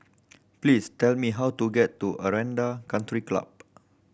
please tell me how to get to Aranda Country Club